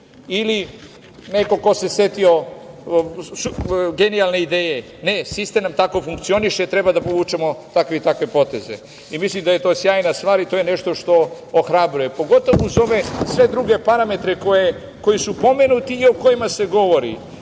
ili nekog ko se setio genijalne ideje. Ne, sistem nam tako funkcioniše, treba da povučemo takve i takve poteze. Mislim da je to sjajna stvar i to je nešto što ohrabruje, pogotovo uz ove sve druge parametre koji su pomenuti i o kojima se govori,